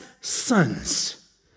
sons